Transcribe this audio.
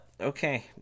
Okay